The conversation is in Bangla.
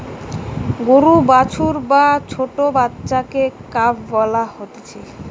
গরুর বাছুর বা ছোট্ট বাচ্চাকে কাফ বলা হতিছে